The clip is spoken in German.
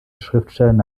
schriftstellerin